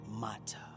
matter